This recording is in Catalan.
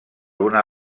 una